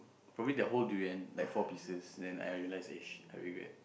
for me that whole durian like four pieces and then I realize eh shit I regret